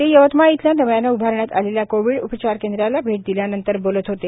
ते यवतमाळ इथल्या नव्यानं उभारण्यात आलेल्या कोवींड उपचार केंद्राला भेट दिल्यानंतर बोलत होते